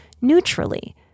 neutrally